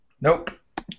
Nope